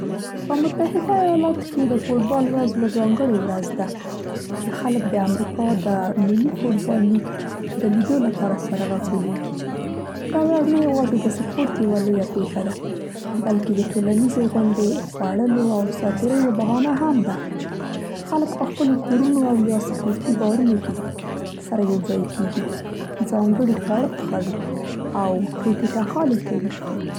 په متحده ایالاتو کې د فوټبال ورځ یوه ځانګړې ورځ ده، چې خلک د امریکا د ملي فوټبال لیګ د لیدو لپاره سره راټولیږي. دا ورځ نه یوازې د سپورت یوه لویه پیښه ده، بلکې د ټولنیزې غونډې، خوړلو او ساتیرۍ یوه بهانه هم ده. خلک په خپلو کورونو او یا سپورتي بارونو کې سره یوځای کیږي، ځانګړي خواړه پخوي او ټوکې ټکالې کوي.